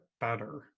better